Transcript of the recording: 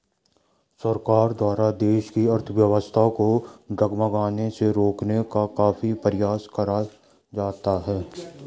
सरकार द्वारा देश की अर्थव्यवस्था को डगमगाने से रोकने का काफी प्रयास करा जाता है